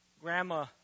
Grandma